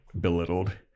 belittled